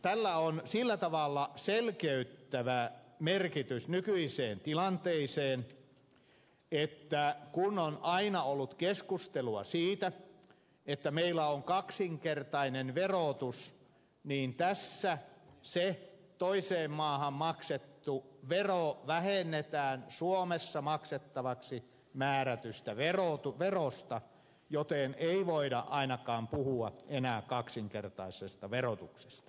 tällä on sillä tavalla selkeyttävä merkitys nykyiseen tilanteeseen että kun on aina ollut keskustelua siitä että meillä on kaksinkertainen verotus niin tässä se toiseen maahan maksettu vero vähennetään suomessa maksettavaksi määrätystä verosta joten ei voida ainakaan puhua enää kaksinkertaisesta verotuksesta